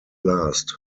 last